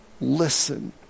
listen